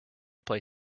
play